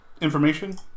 Information